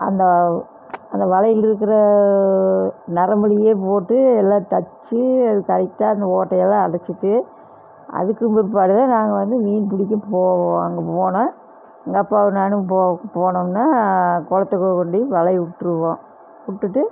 அந்த அந்த வலையில் இருக்கிற நரம்புலேயே போட்டு எல்லாம் தச்சு அது கரெக்டாக அந்த ஓட்டையெல்லாம் அடைச்சிட்டு அதுக்குப் பிற்பாடு தான் நாங்கள் வந்து மீன் பிடிக்க போவோம் அங்கே போனால் எங்கள் அப்பாவும் நானும் போ போனோம்னால் குளத்துக்கு கொண்டி வலையை விட்டுருவோம் விட்டுட்டு